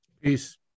Peace